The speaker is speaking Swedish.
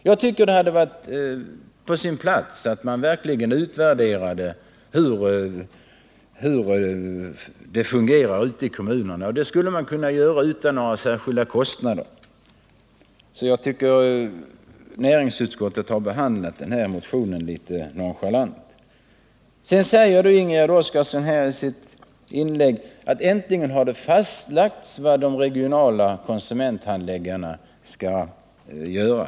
Jag tycker att det hade varit på sin plats med en verklig utvärdering av hur det fungerar ute i kommunerna. En sådan skulle kunna göras utan några särskilda kostnader. Jag anser därför att utskottet har behandlat denna motion litet nonchalant. Ingegärd Oskarsson sade i sitt inlägg att det äntligen har fastlagts vad de regionala konsumenthandläggarna skall göra.